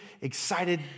excited